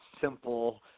simple